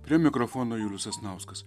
prie mikrofono julius sasnauskas